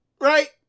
right